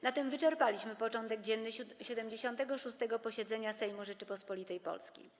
Na tym wyczerpaliśmy porządek dzienny 76. posiedzenia Sejmu Rzeczypospolitej Polskiej.